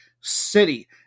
city